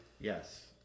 Yes